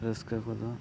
ᱨᱟᱹᱥᱠᱟᱹ ᱠᱚᱫᱚ